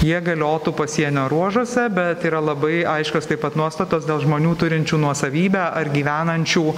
jie galiotų pasienio ruožuose bet yra labai aiškios taip pat nuostatos dėl žmonių turinčių nuosavybę ar gyvenančių